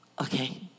okay